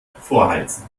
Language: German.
vorheizen